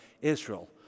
Israel